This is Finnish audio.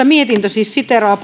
mietintö siteeraa